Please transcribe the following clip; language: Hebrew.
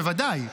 בוודאי,